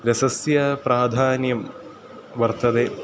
रसस्य प्राधान्यं वर्तते